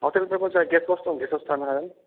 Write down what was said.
ह'टालफ्राबो जायगाया गेत्स हाउस दं गेस हाउस थानो हागोन